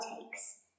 takes